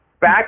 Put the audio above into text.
back